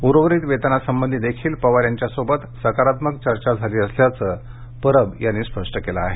उर्वरित वेतनासंबंधी देखील पवार यांच्याशी सकारात्मक चर्चा झाली असल्याचं परब यांनी स्पष्ट केलं आहे